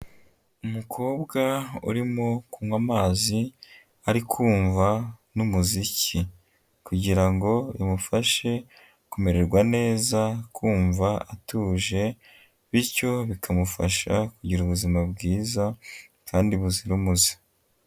Umukobwa urimo kunywa amazi, ari kumva n'umuziki kugira ngo bimufashe kumererwa neza, kumva atuje bityo bikamufasha kugira ubuzima bwiza kandi buzira umuze.